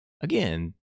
again